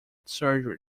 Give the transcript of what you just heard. surgery